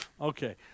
okay